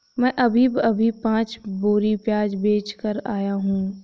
मैं अभी अभी पांच बोरी प्याज बेच कर आया हूं